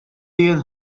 jien